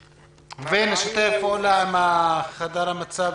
ונשתף פעולה עם חדר המצב,